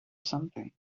something